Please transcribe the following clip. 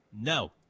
No